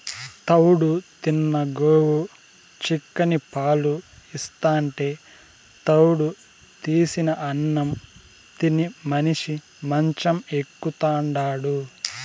తౌడు తిన్న గోవు చిక్కని పాలు ఇస్తాంటే తౌడు తీసిన అన్నం తిని మనిషి మంచం ఎక్కుతాండాడు